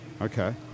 Okay